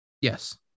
Yes